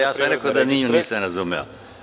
Ja sam rekao da ni nju nisam razumeo.